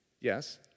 Yes